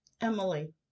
Emily